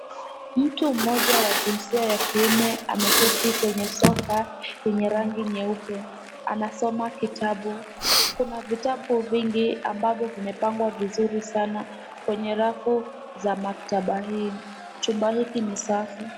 Mtu mmoja wa jinsia ya kiume ameketi kwenye sofa yenye rangi nyeupe. Anasoma kitabu. Kuna vitabu vingi ambavyo vimepangwa vizuri sana kwenye rafu za maktaba hii. Chumba hiki ni safi.